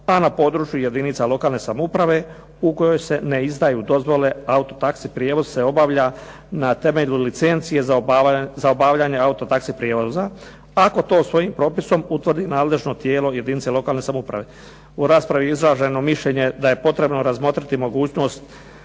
A na području jedinica lokalne samouprave u kojoj se ne izdaju dozvole auto taxi prijevoz se obavlja na temelju licencije za obavljanje auto taxi prijevoza, ako to svojim propisom utvrdi nadležno tijelo jedinice lokalne samouprave. U raspravi je izraženo mišljenje da je potrebno razmotriti mogućnost